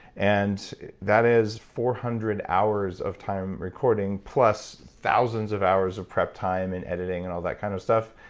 and that is four hundred hours of time recording plus thousands of hours of prep time and editing and all that kind of stuff,